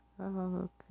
Okay